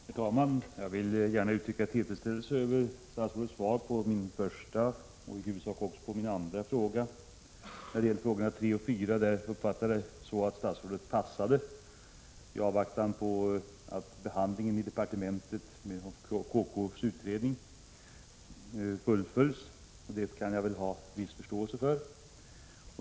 Herr talman! Jag vill gärna uttrycka tillfredsställelse över statsrådets svar på min första fråga och i huvudsak också på den andra. När det gäller den tredje och fjärde frågan uppfattade jag det så att statsrådet ”passade” i avvaktan på att behandlingen i departementet av kommerskollegiums utredning fullföljs. Det kan jag ha viss förståelse för.